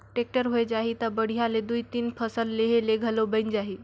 tractor होए जाही त बड़िहा ले दुइ तीन फसल लेहे ले घलो बइन जाही